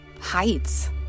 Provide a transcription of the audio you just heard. heights